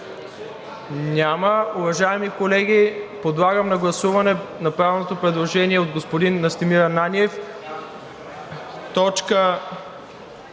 Няма. Уважаеми колеги, подлагам на гласуване направеното предложение от господин Настимир Ананиев